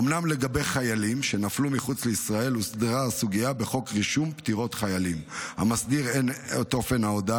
אדוני היושב ראש, חבריי חברי